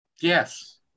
Yes